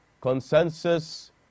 consensus